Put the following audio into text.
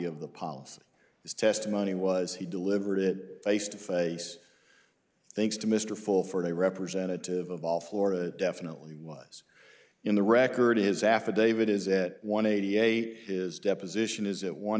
of the policy his testimony was he delivered it face to face thanks to mr fulford a representative of all florida definitely was in the record is affidavit is at one eighty eight his deposition is it one